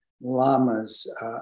lamas